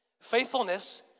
Faithfulness